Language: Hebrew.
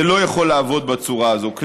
זה לא יכול לעבוד בצורה הזאת,